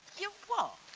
you what?